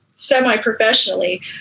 semi-professionally